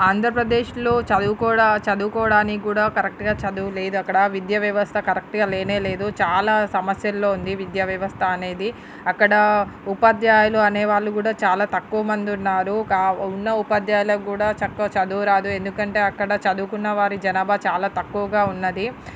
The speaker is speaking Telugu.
ఆంధ్రప్రదేశ్లో చదువుకోడా చదువుకోడానికి గూడా కరెక్ట్గా చదువు లేదక్కడ విద్య వ్యవస్థ కరెక్ట్గా లేనేలేదు చాలా సమస్యల్లో ఉంది విద్య వ్యవస్థ అనేది అక్కడ ఉపాధ్యాయులు అనేవాళ్ళు కూడా చాలా తక్కువమంది ఉన్నారు కా ఉన్న ఉపాధ్యాయులకు గూడా చక్క చదువురాదు ఎందుకంటే అక్కడ చదువుకున్న వారి జనాభా చాలా తక్కువగా ఉన్నది